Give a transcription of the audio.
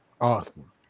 awesome